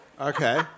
Okay